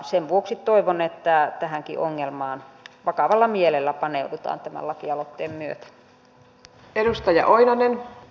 sen vuoksi toivon että tähänkin ongelmaan vakavalla mielellä paneudutaan tämän lakialoitteen myötä